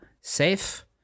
safe